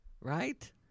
Right